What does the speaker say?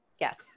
Yes